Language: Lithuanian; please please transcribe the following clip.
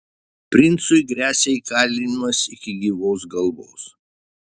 princui gresia įkalinimas iki gyvos galvos